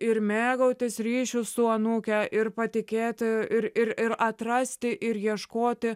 ir mėgautis ryšiu su anūke ir patikėti ir ir atrasti ir ieškoti